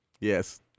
Yes